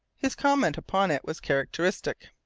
his comment upon it was characteristic.